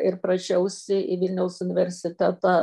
ir prašiausi į vilniaus universitetą